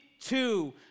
two